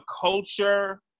culture